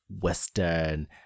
Western